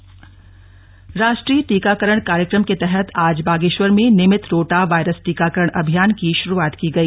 टीकाकरण अभियान राष्ट्रीय टीकाकरण कार्यक्रम के तहत आज बागेश्वर में नियमित रोटा वायरस टीकाकरण अभियान की शुरुआत की गई